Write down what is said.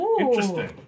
Interesting